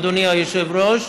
אדוני היושב-ראש,